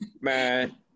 Man